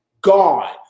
Gone